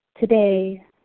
today